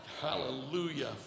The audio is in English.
Hallelujah